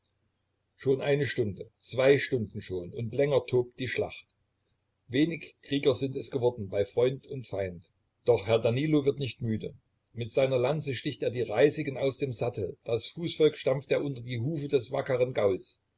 schon eine stunde zwei stunden schon und länger tobt die schlacht wenig krieger sind es geworden bei freund und feind doch herr danilo wird nicht müde mit seiner lanze sticht er die reisigen aus dem sattel das fußvolk stampft er unter die hufe des wackeren gauls